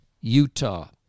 Utah